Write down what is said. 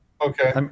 Okay